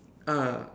ah